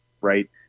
right